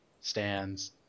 stands